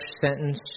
sentence